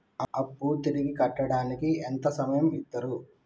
అప్పు తిరిగి కట్టడానికి ఎంత సమయం ఇత్తరు?